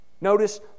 Notice